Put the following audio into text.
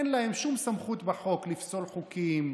אין להם שום סמכות בחוק לפסול חוקים,